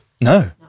No